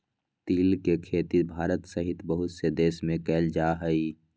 तिल के खेती भारत सहित बहुत से देश में कइल जाहई